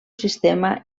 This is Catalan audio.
sistema